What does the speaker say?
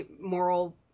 moral